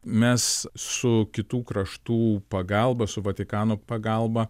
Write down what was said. mes su kitų kraštų pagalba su vatikano pagalba